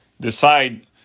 decide